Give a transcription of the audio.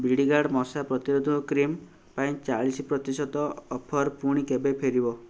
ବିଡ଼ିଗାର୍ଡ଼୍ ମଶା ପ୍ରତିରୋଧକ କ୍ରିମ୍ ପାଇଁ ଚାଳିଶ ପ୍ରତିଶତ ଅଫର୍ ପୁଣି କେବେ ଫେରିବ